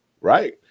right